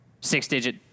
Six-digit